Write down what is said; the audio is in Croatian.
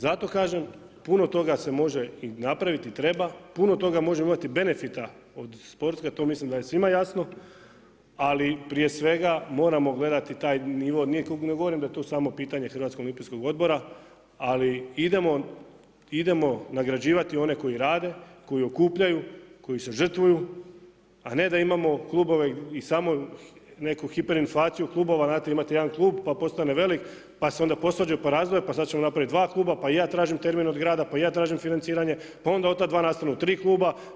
Zato kažem puno toga se može i napraviti i treba, puno toga može imati benefita od sporta, to mislim da je svima jasno, ali prije svega moramo gledati taj nivo, ne govorim da je to samo pitanje Hrvatskog olimpijskog odbora, ali idemo nagrađivati one koji rade, koji okupljaju, koji se žrtvuju, a ne da imamo klubove i samo neku hiperinflaciju klubova, znate imate jedan klub pa postane velik, pa se onda posvađaju, pa razdvoje, pa sad ćemo napraviti dva kluba, pa i ja tražim termin od grada, pa i ja tražim financiranje, pa onda od ta dva nastanu tri kluba.